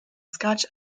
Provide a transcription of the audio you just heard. scotch